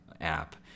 app